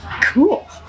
cool